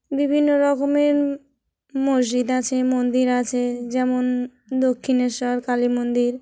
বিভিন্ন রকমের মসজিদ আছে মন্দির আছে যেমন দক্ষিণেশ্বর কালী মন্দির